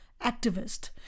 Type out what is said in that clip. activist